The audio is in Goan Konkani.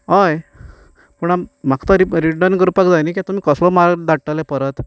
हय पूण आम् म्हाका तो रिप रिटर्न करपाक जाय न्हय कित्याक तुमी कसलो माल धाडटले परत